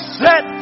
set